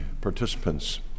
participants